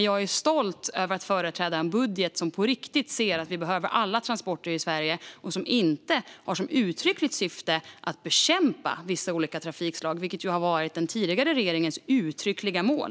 Jag är dock stolt över att få företräda en budget som på riktigt fokuserar på att vi behöver alla slags transporter i Sverige och som inte har som uttryckligt syfte att bekämpa vissa trafikslag. Det var ju den tidigare regeringens uttryckliga mål.